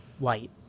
light